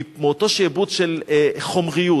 מאותו שעבוד של חומריות,